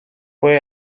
fue